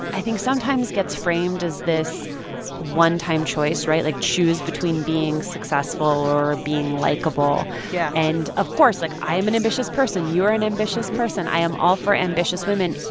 i think, sometimes gets framed as this one-time choice. right? like, choose between being successful or being likeable yeah and of course, like, i am an ambitious person you're an ambitious person. i am all for ambitious women.